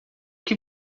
que